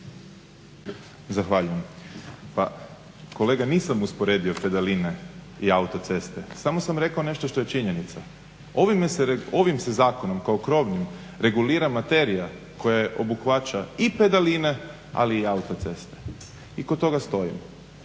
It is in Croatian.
Zahvaljujem. Pa, kolega nisam usporedio pedaline i autoceste, samo sam rekao nešto što je činjenica. Ovime se, ovim se zakonom kao krovnim regulira materija koja obuhvaća i pedaline, ali i autoceste. I kod toga stojim.